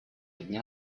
дня